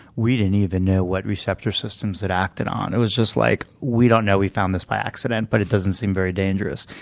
we didn't even know what receptor systems it acted on. it was just like we don't know. we found this by accident, but it doesn't seem very dangerous.